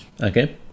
Okay